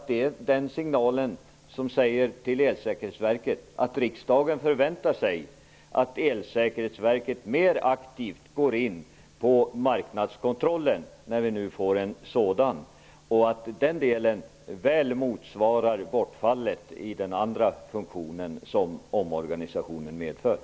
Det är den signal som säger till Elsäkerhetsverket att riksdagen förväntar sig att Elsäkerhetsverket mer aktivt går in på marknadskontrollen när vi nu får en sådan och att den delen väl motsvarar det bortfall som omorganisationen medför från den andra funktionen.